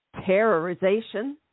terrorization